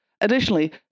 Additionally